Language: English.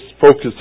focus